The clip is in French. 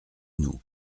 nous